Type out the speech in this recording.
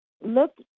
look